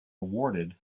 awarded